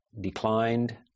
declined